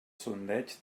sondeig